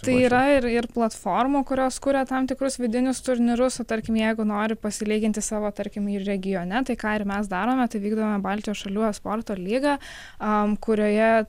tai yra ir ir platformų kurios kuria tam tikrus vidinius turnyrus nu tarkim jeigu nori pasilyginti savo tarkim ir regione tai ką ir mes darome tai vykdome baltijos šalių esporto lyga a kurioje